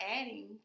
adding